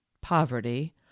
poverty